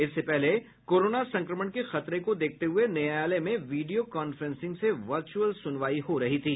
इससे पहले कोरोना संक्रमण के खतरे को देखते हुए न्यायालय में विडियो कांफ्रेंसिंग से वर्चुअल सुनवाई हो रही थी